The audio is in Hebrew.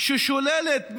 ששוללת מאזרח,